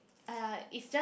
!aiya! it's just